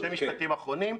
רק שני משפטים אחרונים.